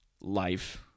life